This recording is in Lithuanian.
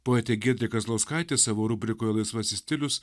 poetė giedrė kazlauskaitė savo rubrikoje laisvasis stilius